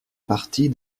partie